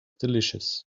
delicious